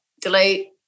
delete